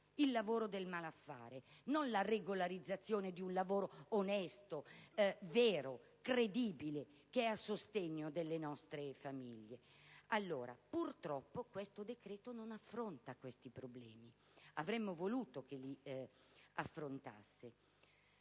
di lavoro del malaffare e non la regolarizzazione di un lavoro onesto, vero e credibile a sostegno delle nostre famiglie? Purtroppo, questo decreto non affronta tali problemi: avremmo voluto che li affrontasse.